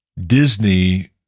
Disney